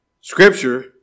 Scripture